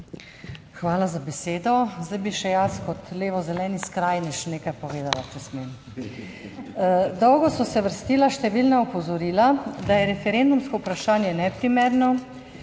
Hvala za besedo. Zdaj bi še jaz, kot levo zeleni skrajnež, nekaj povedala, če smem. Dolgo so se vrstila številna opozorila, da je referendumsko vprašanje neprimerno,